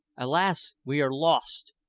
alas! we are lost!